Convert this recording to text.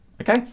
Okay